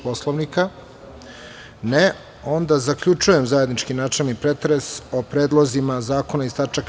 Poslovnika? ( Ne.) Zaključujem zajednički načelni pretres o predlozima zakona iz tač.